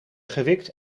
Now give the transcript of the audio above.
gewikt